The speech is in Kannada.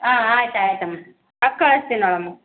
ಹಾಂ ಆಯ್ತು ಆಯಿತಮ್ಮ ಹಾಕಿ ಕಳಸ್ತಿನಿ ನೋಡಮ್ಮ